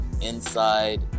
inside